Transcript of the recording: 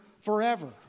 forever